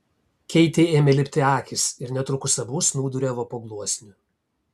keitei ėmė lipti akys ir netrukus abu snūduriavo po gluosniu